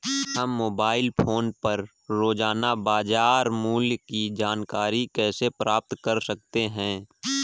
हम mobile phone पर रोजाना बाजार मूल्य की जानकारी कैसे प्राप्त कर सकते हैं?